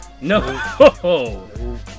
No